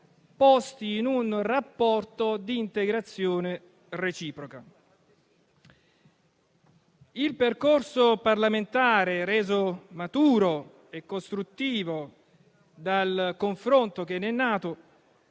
posti in un rapporto di integrazione reciproca. Il percorso parlamentare, reso maturo e costruttivo dal confronto che ne è nato,